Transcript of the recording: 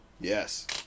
yes